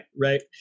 Right